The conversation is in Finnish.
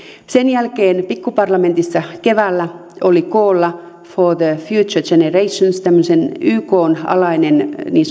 sen jälkeen pikkuparlamentissa keväällä oli koolla for the next generations tämmöisen ykn alaisen niin